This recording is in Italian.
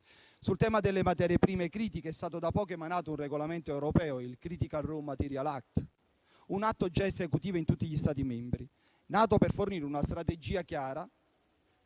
Sul tema delle materie prime critiche è stato da poco emanato un regolamento europeo, il Critical raw materials act, un atto già esecutivo in tutti gli Stati membri, nato per fornire una strategia chiara